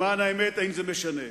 למען האמת זה לא משנה,